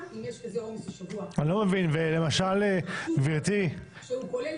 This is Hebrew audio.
אם יש כזה עומס השבוע --- שהוא כולל